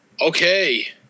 Okay